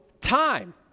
time